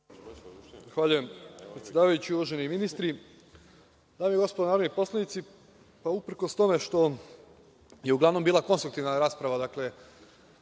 Zahvaljujem, predsedavajući. Uvaženi ministri, dame i gospodo narodni poslanici, uprkos tome što je uglavnom bila konstruktivna rasprava tokom